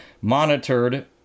monitored